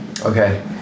Okay